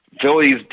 Philly's